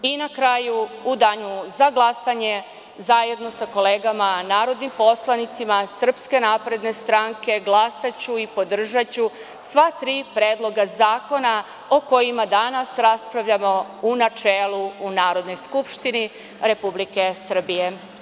I na kraju, u danu za glasanje, zajedno sa kolegama narodnim poslanicima SNS, glasaću i podržaću sva tri predloga zakona o kojima danas raspravljamo u načelu u Narodnoj skupštini Republike Srbije.